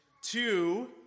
two